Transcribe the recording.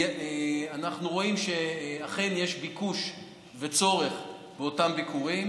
אנחנו רואים שאכן יש ביקוש וצורך באותם ביקורים,